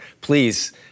Please